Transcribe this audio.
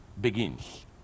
begins